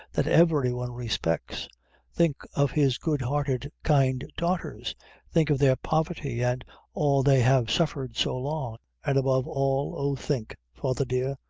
that every one respects think of his good-hearted, kind daughters think of their poverty, and all they have suffered so long an' above all, oh, think, father dear,